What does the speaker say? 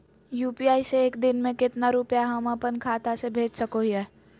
UPI से एक दिन में कितना रुपैया हम अपन खाता से भेज सको हियय?